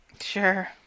sure